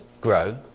grow